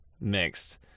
mixed